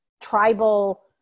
tribal